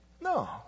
No